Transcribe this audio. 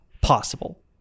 possible